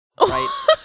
right